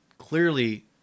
clearly